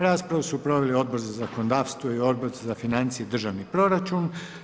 Raspravu su proveli Odbor za zakonodavstvo i Odbor za financije i državni proračun.